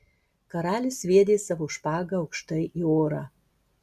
karalius sviedė savo špagą aukštai į orą